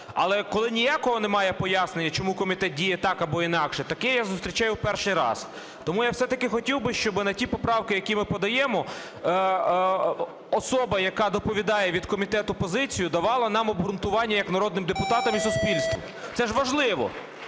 Але коли ніякого немає пояснення, чому комітет діє так або інакше. Таке я зустрічаю перший раз. Тому я все-таки хотів би, щоб на ті поправки, які ми подаємо, особа, яка доповідає від комітету позицію, давала нам обґрунтування як народним депутатам і суспільству. Це ж важливо.